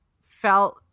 felt